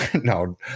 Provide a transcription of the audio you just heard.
no